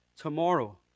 tomorrow